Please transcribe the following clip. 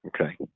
okay